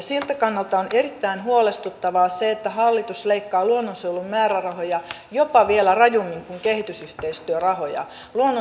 siltä kannalta on erittäin huolestuttavaa se että hallitus leikkaa luonnonsuojelun määrärahoja jopa vielä rajummin kuin kehitysyhteistyörahoja